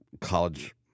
college